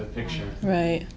the picture right